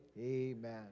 amen